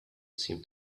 seem